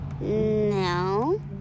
No